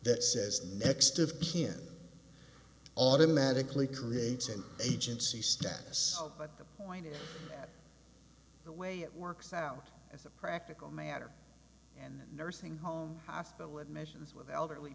that says next of kin automatically creates an agency status but the point is that the way it works out as a practical matter and nursing home hospital admissions with elderly